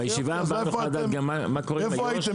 איפה הייתם?